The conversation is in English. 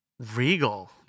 Regal